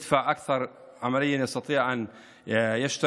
הגיע למיליון שקלים.